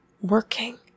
working